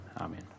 Amen